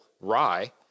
rye